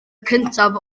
cyntaf